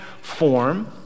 form